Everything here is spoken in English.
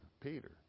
Peter